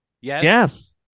Yes